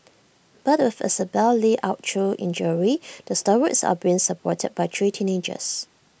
but with Isabelle li out through injury the stalwarts are being supported by three teenagers